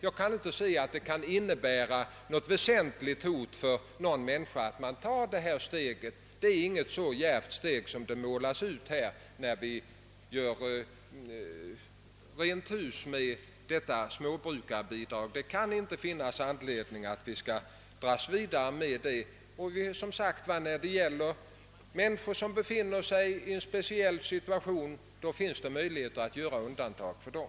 Jag kan inte se att detta kan innebära något väsentligt hot mot några människor om vi tar detta steg i samband med att vi gör rent hus med småbrukarbidraget. Det är inte så djärvt som det utmålas. Det kan inte finnas anledning att vidare dras med detta. När människor befinner sig i en speciell situation, finns det möjligheter att göra undantag för dem.